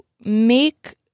make